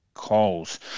Calls